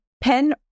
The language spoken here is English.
pen